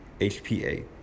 HPA